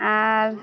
ᱟᱨ